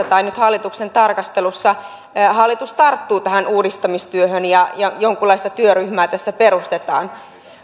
tai nyt hallituksen tarkastelussa hallitus tarttuu tähän uudistamistyöhön ja ja jonkunlaista työryhmää tässä perustetaan